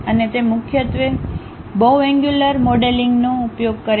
અને તે મુખ્યત્વે બહુએન્ગ્યુલર મોડેલિંગનો ઉપયોગ કરે છે